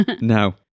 No